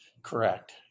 correct